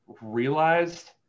realized